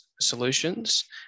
solutions